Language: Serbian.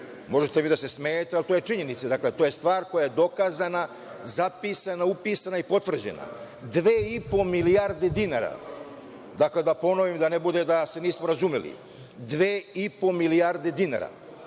možete vi da se smejete, ali to je činjenica, to je stvar koja je dokazana, zapisana, upisana i potvrđena, 2,5 milijardi dinara. Dakle, da ponovim, da ne bude da se nismo razumeli, 2,5 milijarde dinara,